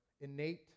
innate